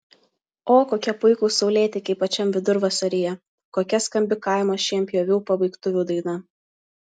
o kokie puikūs saulėtekiai pačiam vidurvasaryje kokia skambi kaimo šienpjovių pabaigtuvių daina